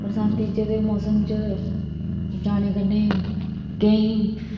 बरसांती दे दिने जाने कन्नै केईं